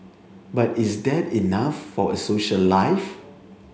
but is that enough for a social life